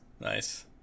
Nice